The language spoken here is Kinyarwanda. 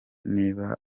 niba